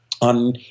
On